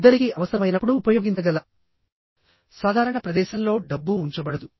ఇద్దరికీ అవసరమైనప్పుడు ఉపయోగించగల సాధారణ ప్రదేశంలో డబ్బు ఉంచబడదు